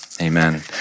Amen